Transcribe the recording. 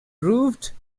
roofed